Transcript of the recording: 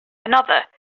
another